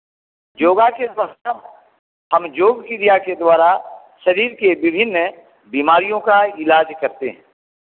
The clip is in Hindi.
योग के हम योग क्रिया के द्वारा शरीर के विभिन्न बीमारियों का इलाज करते हें